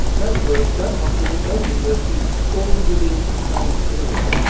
go to work, go to hospital, go to university all within the same area.